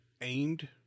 aimed